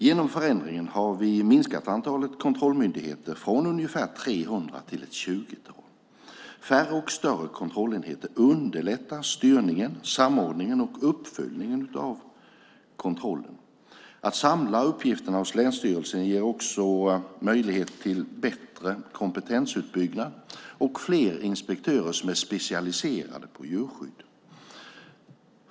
Genom förändringen har vi minskat antalet kontrollmyndigheter från ungefär 300 till ett tjugotal. Färre och större kontrollenheter underlättar styrningen, samordningen och uppföljningen av kontrollen. Att samla uppgifterna hos länsstyrelserna ger också möjlighet till bättre kompetensuppbyggnad och fler inspektörer som är specialiserade på djurskydd.